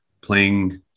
playing